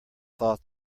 thought